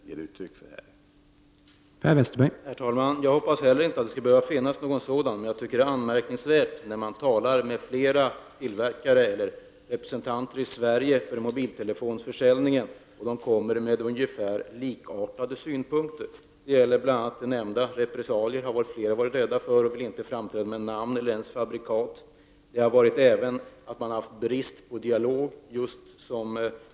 Herr talman! Jag hoppas också att det inte skall finnas någon grund. Men det är anmärkningsvärt att flera representanter som arbetar med mobiltelefonförsäljning har ungefär likartade synpunkter. Flera har varit rädda för repressalier, vilket tidigare nämnts. De vill inte framträda med namn eller ens med fabrikat. Det har varit en bristfällig dialog.